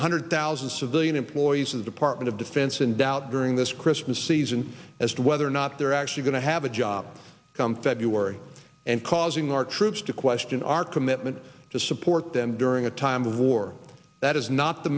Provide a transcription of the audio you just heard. one hundred thousand civilian employees of the department of defense in doubt during this christmas season as to whether or not they're actually going to have a job come february and causing our troops to question our commitment to support them during a time of war that is not the